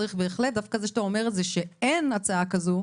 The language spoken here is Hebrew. דווקא זה שאתה אומר שאין הצעה כזו,